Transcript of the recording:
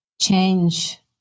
change